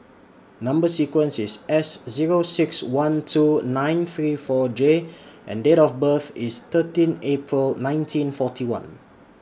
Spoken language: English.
Number sequence IS S Zero six one two nine three four J and Date of birth IS thirteen April nineteen forty one